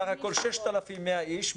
בסך-הכול 6,100 איש,